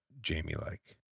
Jamie-like